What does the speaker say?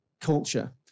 culture